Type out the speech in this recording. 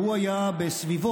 הוא היה בסביבות